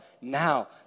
now